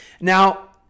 now